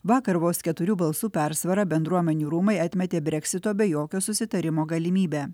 vakar vos keturių balsų persvara bendruomenių rūmai atmetė breksito be jokio susitarimo galimybę